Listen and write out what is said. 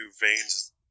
veins